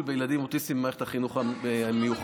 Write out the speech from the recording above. בילדים אוטיסטים במערכת החינוך במיוחד.